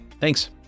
Thanks